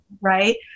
right